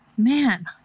Man